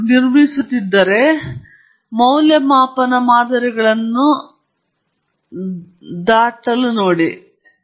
ಮತ್ತು ಅನೇಕ ಮಾದರಿಗಳನ್ನು ಗುರುತಿಸಿದರೆ ಮಾನದಂಡದ ಮಿಶ್ರಣವನ್ನು ಬಳಸಿ ನಾನು ಮೊದಲೇ ಹೇಳಿದಂತೆ ಅನನ್ಯ ಉತ್ತರ ಇಲ್ಲದಿರಬಹುದು ವಿಶಿಷ್ಟವಾಗಿ ಅದು ನಿಜ